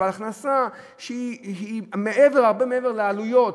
אבל הכנסה שהיא הרבה מעבר לעלויות,